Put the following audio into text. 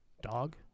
dog